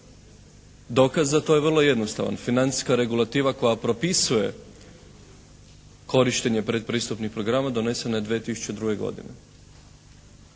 Dokaz za to je vrlo jednostavan. Financijska regulativa koja propisuje korištenje predpristupnih programa donesena je 2002. godine.